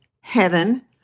heaven